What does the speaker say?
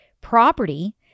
property